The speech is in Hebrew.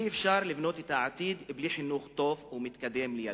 ואי-אפשר לבנות את העתיד בלי חינוך טוב ומתקדם לילדינו.